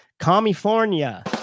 California